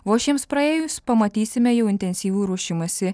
vos šiems praėjus pamatysime jau intensyvų ruošimąsi